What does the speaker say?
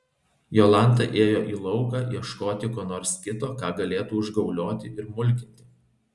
jolanta ėjo į lauką ieškoti ko nors kito ką galėtų užgaulioti ir mulkinti